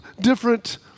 different